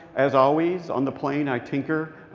as always, on the plane, i tinker.